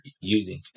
using